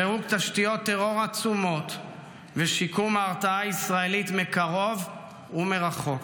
פירוק תשתיות טרור עצומות ושיקום ההרתעה הישראלית מקרוב ומרחוק.